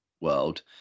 world